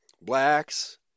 blacks